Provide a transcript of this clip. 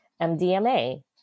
MDMA